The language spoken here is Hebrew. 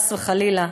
חס וחלילה,